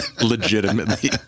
Legitimately